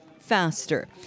faster